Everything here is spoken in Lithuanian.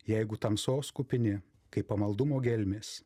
jeigu tamsos kupini kaip pamaldumo gelmės